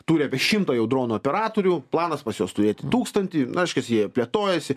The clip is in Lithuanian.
turi apie šimtą jau dronų operatorių planas pas juos turėti tūkstantį na reiškiasi jie plėtojasi